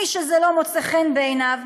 מי שזה לא מוצא חן בעיניו,